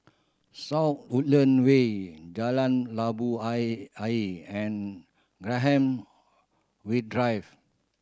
South Woodland Way Jalan Labu Ayer and Graham Wait Drive